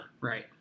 Right